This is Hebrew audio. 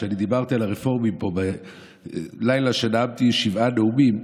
כשאני דיברתי על הרפורמים פה בלילה שנאמתי שבעה נאומים,